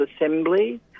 Assembly